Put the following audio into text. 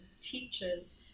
teachers